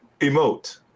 emote